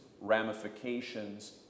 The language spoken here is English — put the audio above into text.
ramifications